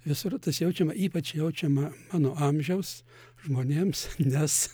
visur tas jaučiama ypač jaučiama ano amžiaus žmonėms nes